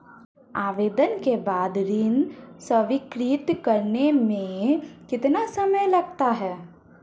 आवेदन के बाद ऋण स्वीकृत करने में कितना समय लगता है?